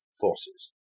forces